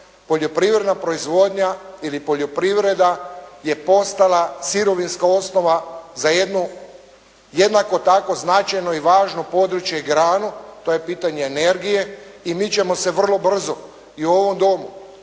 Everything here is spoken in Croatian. poljoprivredna proizvodnja ili poljoprivreda je postala sirovinska osnova za jednu jednako tako značajno i važno područje i granu, to je pitanje energije i mi ćemo se vrlo brzo i u ovom domu